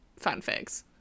fanfics